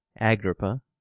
Agrippa